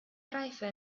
reife